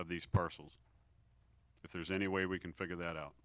of these parcels if there's any way we can figure that out